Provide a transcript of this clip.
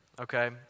okay